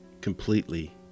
completely